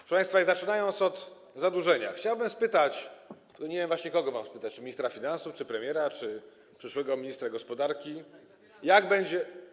Proszę państwa, zaczynając od zadłużenia, chciałbym spytać, tylko nie wiem właśnie, kogo mam spytać, czy ministra finansów, czy premiera, czy przyszłego ministra gospodarki, jak będzie.